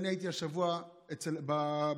אני הייתי השבוע באוהל,